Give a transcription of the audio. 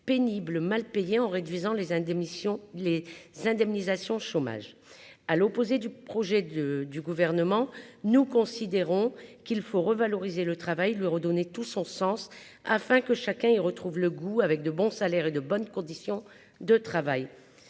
pénibles, mal payés, en réduisant les uns démission les s'indemnisation chômage, à l'opposé du projet de du gouvernement, nous considérons qu'il faut revaloriser le travail, lui redonner tout son sens, afin que chacun y retrouve le goût avec de bons salaires et de bonnes conditions de travail,